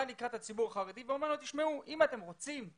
לקראת הציבור החרדי ואומר שאם אתם רוצים,